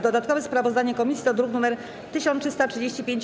Dodatkowe sprawozdanie komisji to druk nr 1335-